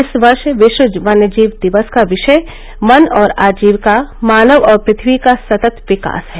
इस वर्ष विश्व वन्यजीव दिवस का विषय वन और आजीविका मानव और पृथ्वी का सतत विकास है